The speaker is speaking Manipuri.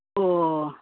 ꯑꯣ